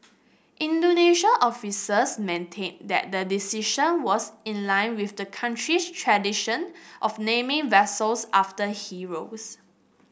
Indonesian officials maintained that the decision was in line with the country's tradition of naming vessels after heroes